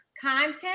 content